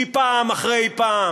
כי פעם אחרי פעם